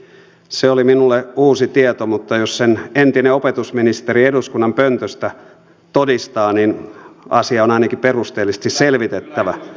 se oli minulle uusi tieto mutta jos sen entinen opetusministeri eduskunnan pöntöstä todistaa niin asia on ainakin perusteellisesti selvitty